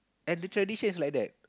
and literally says like that